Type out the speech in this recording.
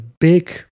big